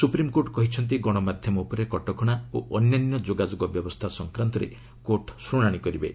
supreme court କହିଛନ୍ତି ଗଣମାଧ୍ୟମ ଉପରେ କଟକଣା ଓ ଅନ୍ୟାନ୍ୟ ଯୋଗାଯୋଗ ବ୍ୟବସ୍ଥା ସଂକ୍ରାନ୍ତରେ କୋର୍ଟ ଶୁଣାଣି କରିବେ